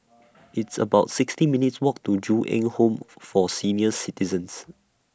It's about sixty minutes' Walk to Ju Eng Home For Senior Citizens